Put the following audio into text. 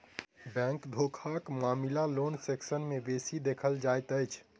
bank धोखाक मामिला loan section मे बेसी देखल जाइत अछि